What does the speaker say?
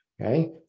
okay